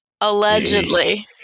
Allegedly